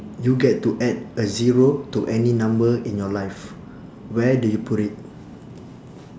you get to add a zero to any number in your life where do you put it